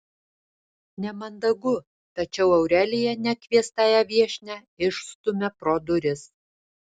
nemandagu tačiau aurelija nekviestąją viešnią išstumia pro duris